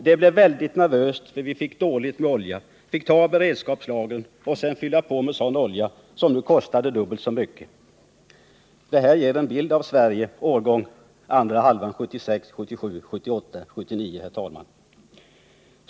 Vi blev i stället tvingade att använda beredskapslagren och sedan fylla på med olja som nu kostar dubbelt så mycket. Det här ger en bild av Sverige andra halvåret 1976 liksom åren 1977, 1978 och 1979.